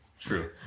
true